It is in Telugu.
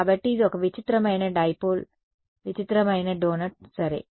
కాబట్టి ఇది ఒక విచిత్రమైన డైపోల్ విచిత్రమైన డోనట్ సరే